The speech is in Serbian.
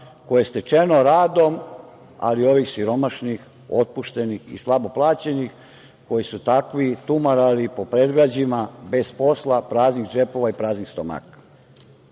je stečeno radom, ali ovih siromašnih, otpuštenih i slabo plaćenih, koji su takvi tumarali po predgrađima bez posla, praznih džepova i praznih stomaka. Dučić